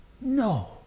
No